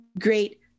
great